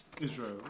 Israel